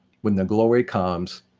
when the glory comes,